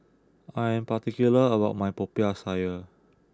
I am particular about my Popiah Sayur